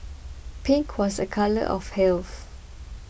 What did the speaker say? pink was a colour of health